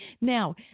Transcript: now